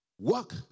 Work